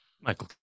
michael